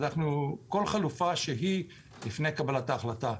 בדקנו כל חלופה שהיא לפני קבלת ההחלטה.